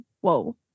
whoa